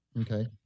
okay